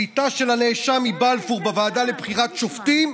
שליטה של הנאשם מבלפור בוועדה לבחירת שופטים?